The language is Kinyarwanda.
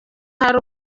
hari